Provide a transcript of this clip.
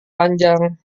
panjang